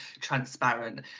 transparent